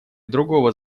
другого